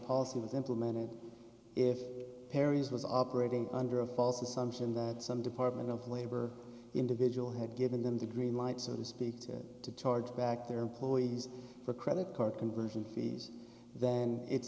policy was implemented if perry's was operating under a false assumption that some department of labor individual had given them the green light so to speak to to target back their employees for credit card conversion fees then it